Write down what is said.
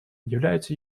является